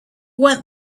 went